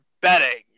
betting